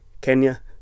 Kenya